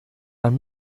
man